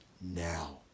now